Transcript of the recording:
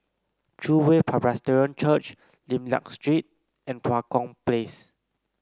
True Way Presbyterian Church Lim Liak Street and Tua Kong Place